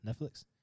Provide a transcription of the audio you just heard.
Netflix